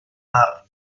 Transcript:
mar